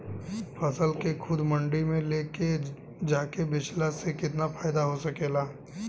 फसल के खुद मंडी में ले जाके बेचला से कितना फायदा हो सकेला?